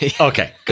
Okay